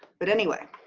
but anyway,